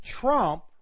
Trump